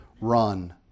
run